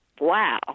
wow